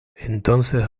entonces